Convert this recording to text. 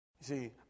see